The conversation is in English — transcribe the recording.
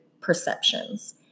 perceptions